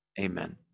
Amen